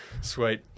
Sweet